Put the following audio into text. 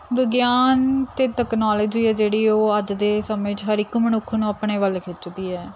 ਵਿਗਿਆਨ ਤੇ ਟੈਕਨੋਲੋਜੀ ਹੈ ਜਿਹੜੀ ਉਹ ਅੱਜ ਦੇ ਸਮੇਂ 'ਚ ਹਰ ਇੱਕ ਮਨੁੱਖ ਨੂੰ ਆਪਣੇ ਵੱਲ ਖਿੱਚਦੀ ਹੈ